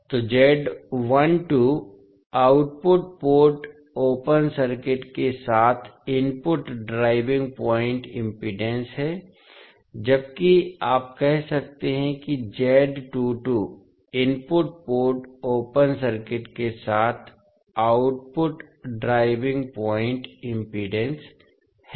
तो output port open circuit के साथ इनपुट ड्राइविंग प्वाइंट इम्पीडेन्स है जबकि आप कह सकते हैं कि इनपुट पोर्ट ओपन सर्किट के साथ आउटपुट ड्राइविंग पॉइंट इम्पीडेन्स है